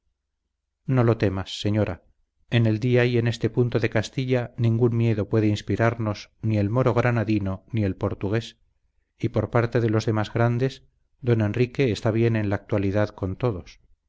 no lo temas señora en el día y en este punto de castilla ningún miedo puede inspirarnos ni el moro granadino ni el portugués y por parte de los demás grandes don enrique está bien en la actualidad con todos